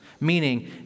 Meaning